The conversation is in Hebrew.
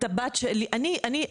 אני את הבת שלי ---.